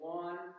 one